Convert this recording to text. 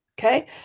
okay